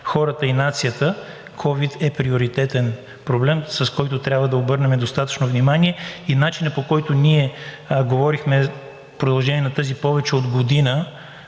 хората и нацията, ковид е приоритетен проблем, на който трябва да обърнем достатъчно внимание. И начинът, по който ние говорихме в продължение на тази повече от година,